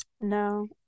no